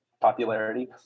popularity